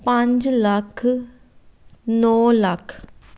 ਪੰਜ ਲੱਖ ਨੌ ਲੱਖ